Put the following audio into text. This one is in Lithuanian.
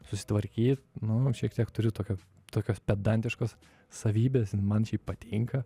susitvarkyt nu šiek tiek turiu tokio tokios pedantiškos savybės man šiaip patinka